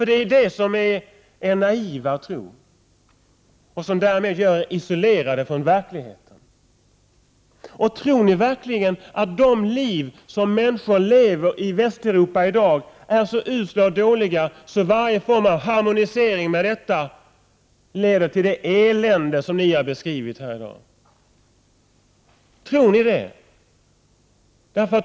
Det är det som är er naiva tro och som därmed gör er isolerade från verkligheten. Tror ni verkligen att de liv människor lever i Västeuropa i dag är så usla och dåliga, att varje form av harmonisering leder till det elände ni har beskrivit här i dag? Tror ni det?